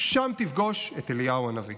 שם תפגוש את אליהו הנביא.